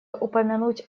упомянуть